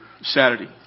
Saturday